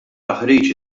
taħriġ